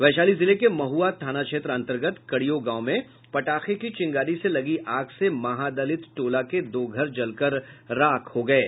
वैशाली जिले के महुआ थाना क्षेत्र अंतर्गत कडियो गांव में पटाखे की चिंगारी से लगी आग से महादलित टोला के दो घर जलकर राख हो गये